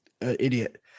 idiot